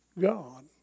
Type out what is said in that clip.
God